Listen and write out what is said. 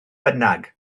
bynnag